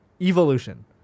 Evolution